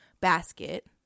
basket